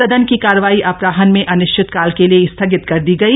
सदन की कार्यवाही अपराहन में अनिश्चितकाल के लिए स्थगित कर दी गई